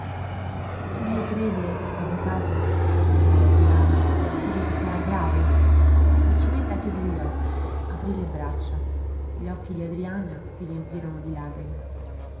e lei crede avvocato domandò adriana crede che sarà grave il cimetta chiuse gli occhi aprì le braccia gli occhi di adriana si riempirono di lagrime